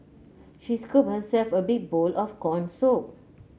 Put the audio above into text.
she scooped herself a big bowl of corn soup